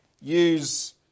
use